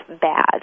bad